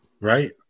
Right